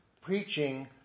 preaching